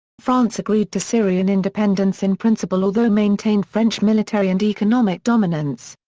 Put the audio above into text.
france agreed to syrian independence in principle although maintained french military and economic dominance.